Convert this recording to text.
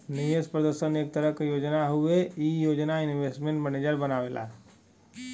निवेश प्रदर्शन एक तरह क योजना हउवे ई योजना इन्वेस्टमेंट मैनेजर बनावेला